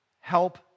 help